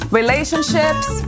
relationships